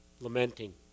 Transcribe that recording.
lamenting